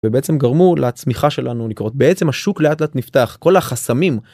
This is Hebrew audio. ובעצם גרמו לצמיחה שלנו לקרות, בעצם השוק לאט לאט נפתח, כל החסמים.